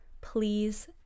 Please